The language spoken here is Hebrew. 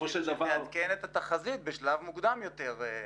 בסופו של דבר --- שתעדכן את התחזית בשלב מוקדם יותר.